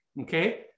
Okay